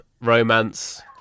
romance